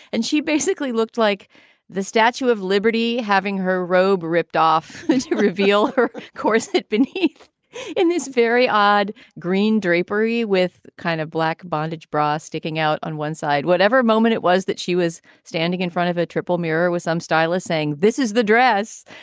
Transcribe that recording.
and she basically looked like the statue of liberty having her robe ripped off to reveal her corset beneath in this very odd green drapery with kind of black bondage bra sticking out on one side, whatever moment it was that she was standing in front of a triple mirror with some stylist saying, this is the dress,